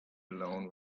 alone